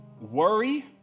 worry